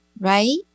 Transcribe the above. right